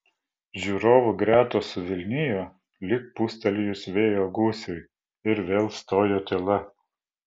žiūrovų gretos suvilnijo lyg pūstelėjus vėjo gūsiui ir vėl stojo tyla